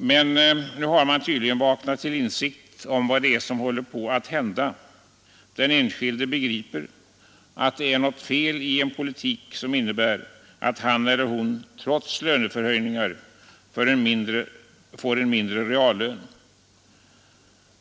Men nu har man tydligen vaknat till insikt om vad som håller på att hända. Den enskilde begriper att det är något fel i en politik som innebär att han eller hon trots löneförhöjning får en mindre reallön.